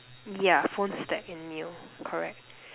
yeah phone stack and meal correct